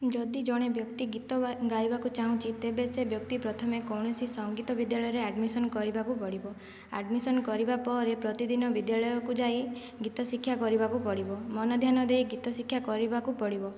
ଯଦି ଜଣେ ବ୍ୟକ୍ତି ଗୀତ ଗାଇବାକୁ ଚାହୁଁଛି ତେବେ ସେ ବ୍ୟକ୍ତି ପ୍ରଥମେ କୌଣସି ସଙ୍ଗୀତ ବିଦ୍ୟାଳୟରେ ଆଡ଼ମିଶନ୍ କରିବାକୁ ପଡ଼ିବ ଆଡ଼ମିଶନ୍ କରିବା ପରେ ପ୍ରତିଦିନ ବିଦ୍ୟାଳୟକୁ ଯାଇ ଗୀତ ଶିକ୍ଷା କରିବାକୁ ପଡ଼ିବ ମନ ଧ୍ୟାନ ଦେଇ ଗୀତ ଶିକ୍ଷା କରିବାକୁ ପଡ଼ିବ